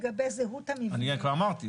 אני כבר אמרתי.